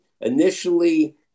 Initially